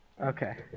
Okay